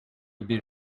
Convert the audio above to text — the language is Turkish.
bir